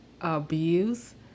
abuse